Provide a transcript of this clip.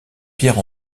pierre